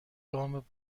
گام